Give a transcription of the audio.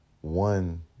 one